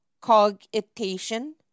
cogitation